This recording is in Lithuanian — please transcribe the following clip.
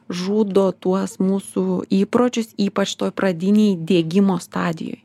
žudo tuos mūsų įpročius ypač toj pradinėj diegimo stadijoj